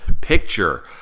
picture